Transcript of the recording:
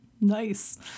nice